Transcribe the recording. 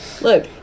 Look